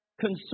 concern